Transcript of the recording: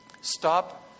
Stop